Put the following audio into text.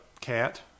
cat